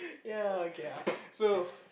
ya okay ah so